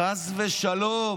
חס ושלום.